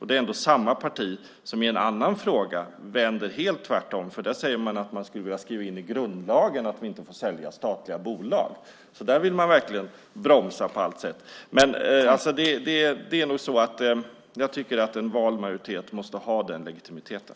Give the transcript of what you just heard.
Det är ändå samma parti som i en annan fråga vänder helt om. Där säger man att det ska skrivas in i grundlagen att statliga bolag inte får säljas. Där vill man verkligen bromsa på alla sätt. En vald majoritet måste ha den legitimiteten.